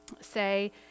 say